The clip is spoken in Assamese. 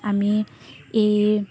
আমি এই